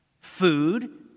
Food